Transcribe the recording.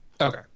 Okay